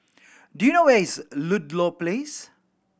do you know where is Ludlow Place